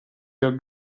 your